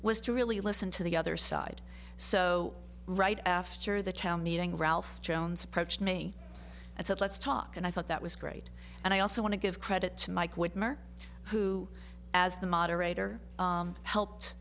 was to really listen to the other side so right after the town meeting ralph jones approached me and said let's talk and i thought that was great and i also want to give credit to mike whitmer who as the moderator helped